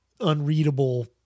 unreadable